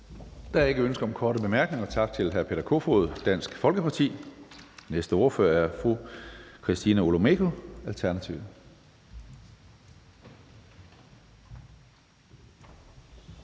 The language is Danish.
Der er ikke ønske om korte bemærkninger. Tak til hr. Peter Kofod, Dansk Folkeparti. Næste ordfører er fru Christina Olumeko, Alternativet.